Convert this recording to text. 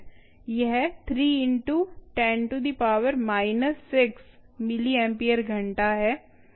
यह 3 × 10−6 मिलीएम्पियर घंटा है